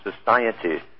society